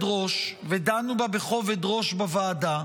בכובד ראש, ודנו בה בכובד ראש בוועדה,